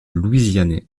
louisianais